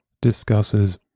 discusses